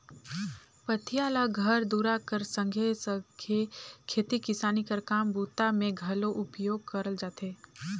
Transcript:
पथिया ल घर दूरा कर संघे सघे खेती किसानी कर काम बूता मे घलो उपयोग करल जाथे